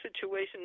situation